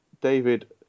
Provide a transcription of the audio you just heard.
David